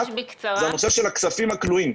זה הנושא של הכספים הכלואים.